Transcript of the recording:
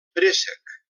préssec